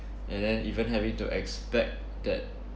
and then even having to expect that